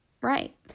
Right